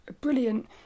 brilliant